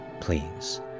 please